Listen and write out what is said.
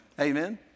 Amen